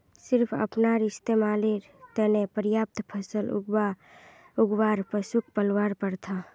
सिर्फ अपनार इस्तमालेर त न पर्याप्त फसल उगव्वा आर पशुक पलवार प्रथा